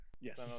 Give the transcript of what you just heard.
Yes